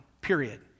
period